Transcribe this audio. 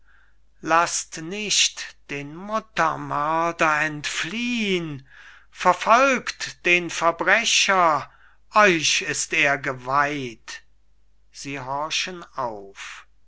laßt nicht den muttermörder entfliehn verfolgt den verbrecher euch ist er geweiht sie horchen auf